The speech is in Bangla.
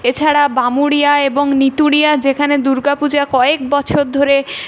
এছাড়া বামুরিয়া এবং নিতুরিয়া যেখানে দুর্গা পূজা কয়েক বছর ধরে